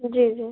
जी जी